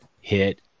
hit